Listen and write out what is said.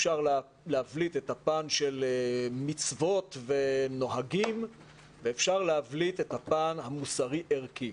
אפשר להבליט את הפן של מצוות ונוהגים ואפשר להבליט את הפן המוסרי-ערכי.